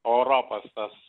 europos tas